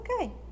okay